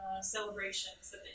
celebrations